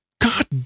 God